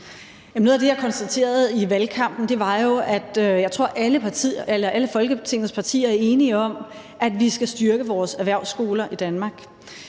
noget af det, jeg konstaterede i valgkampen, var jo, at alle Folketingets partier er enige om, at vi skal styrke vores erhvervsskoler i Danmark,